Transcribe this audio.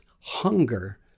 hunger